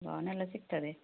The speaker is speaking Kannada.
ಲೋನೆಲ್ಲ ಸಿಗ್ತದೆ